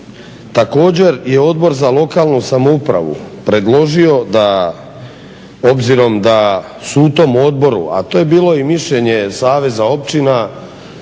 Također je Odbor za lokalnu samoupravu predložio da, obzirom da su u tom odboru, a to je bilo i mišljenje saveza općina